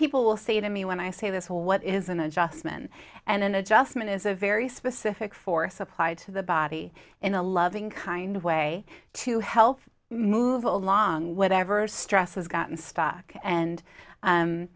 will say to me when i say this will what is an adjustment and an adjustment is a very specific force applied to the body in a loving kind of way to help move along whatever stress has gotten stuck and